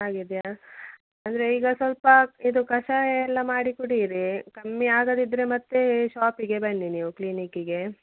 ಆಗಿದೆಯಾ ಅಂದರೆ ಈಗ ಸ್ವಲ್ಪ ಇದು ಕಷಾಯ ಎಲ್ಲ ಮಾಡಿ ಕುಡಿಯಿರಿ ಕಮ್ಮಿ ಆಗದಿದ್ದರೆ ಮತ್ತು ಶಾಪಿಗೆ ಬನ್ನಿ ನೀವು ಕ್ಲಿನಿಕ್ಕಿಗೆ